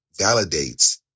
Validates